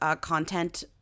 content